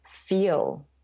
feel